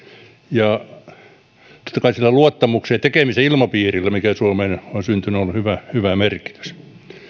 ja totta kai sillä luottamuksen ja tekemisen ilmapiirillä mikä suomeen on syntynyt on hyvä hyvä merkitys